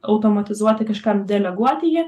automatizuoti kažkam deleguoti jį